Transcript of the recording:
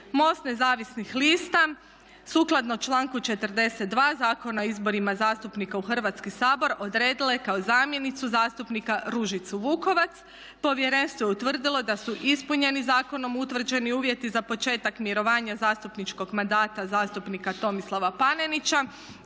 MOST nezavisnih lista sukladno članku 42. Zakona o izborima zastupnika u Hrvatski sabor odredio je kao zamjenicu zastupnika Ružicu Vukovac. Povjerenstvo je utvrdilo da su ispunjeni zakonom utvrđeni uvjeti za početak mirovanja zastupničkog mandata zastupnika Tomislava Panenića